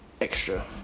extra